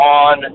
on